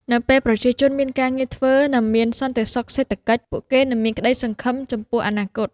នៅពេលប្រជាជនមានការងារធ្វើ និងមានសន្តិសុខសេដ្ឋកិច្ច ពួកគេនឹងមានក្តីសង្ឃឹមចំពោះអនាគត។